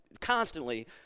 constantly